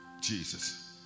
Jesus